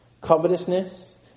covetousness